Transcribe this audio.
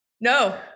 No